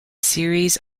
series